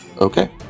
Okay